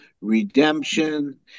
Redemption